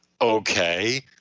okay